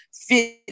fit